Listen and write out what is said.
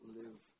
live